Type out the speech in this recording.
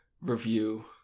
review